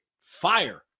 fire